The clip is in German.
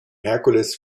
herkules